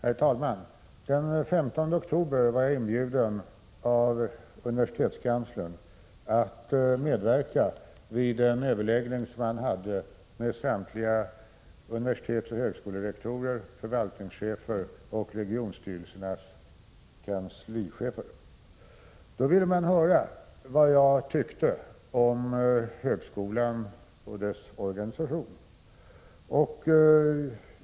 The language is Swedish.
Herr talman! Den 15 oktober var jag av universitetskanslern inbjuden att medverka vid en överläggning som han hade med samtliga universitetsoch högskolerektorer, förvaltningschefer och regionalstyrelsernas kanslichefer. Man ville höra vad jag tyckte om högskolan och dess organisation.